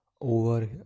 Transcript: over